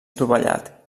dovellat